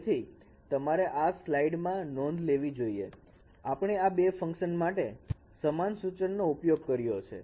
તેથી તમારે આ સ્લાઈડમાં નોંધ લેવી જોઈએ આપણે આ બે ફંકશન માટે સમાન સૂચનનો ઉપયોગ કર્યો છે